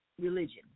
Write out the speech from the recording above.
religion